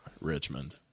Richmond